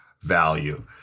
value